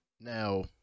Now